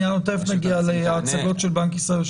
אנחנו תכף נגיע להצגות של בנק ישראל,